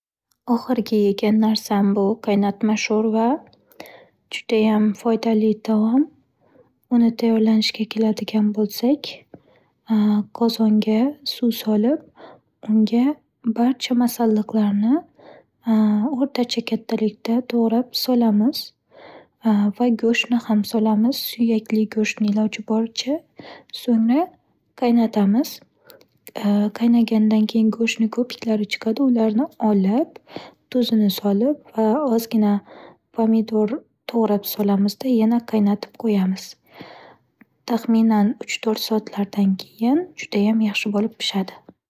Oxirgi yegan narsam bu-qaynatma sho'rva. Judayam foydali taom. Uni tayyorlanishiga keladigan bo'lsak: qozonga suv solib, unga barcha masalliqlarni o'rtacha kattalikda to'g'rab solamiz. va go'shtni ham solamiz. Suyakli go'shtni iloji boricha. So'ngra, qaynatamiz qaynaganidan keyin go'shtni ko'piklari chiqadi. Ularni olib, tuzini solib, ba ozgina pamidor to'g'rab solamizda yana qaynatib qo'yamiz. Taxminan uch, tort soatlardan keyin judayam yaxshi bo'lib pishadi.